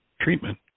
Treatment